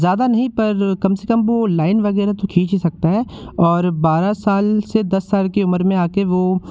ज़्यादा नहीं पर कम से कम वो लाइन वगैरह तो खींच ही सकता है और बारह साल से दस साल की उम्र में आ के वो